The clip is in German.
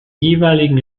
jeweiligen